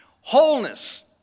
Wholeness